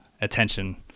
attention